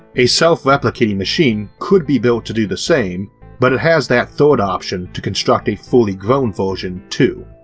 a self-replicating machine could be built to do the same but it has that third option to construct a fully grown version too.